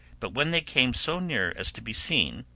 but when they came so near as to be seen,